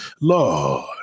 Lord